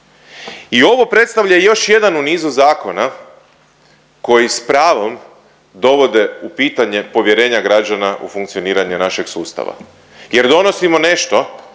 I ovo predstavlja još jedan u nizu zakona koji s pravom dovode u pitanje povjerenja građana u funkcioniranje našeg sustava jer donosimo nešto